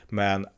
men